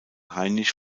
heinrich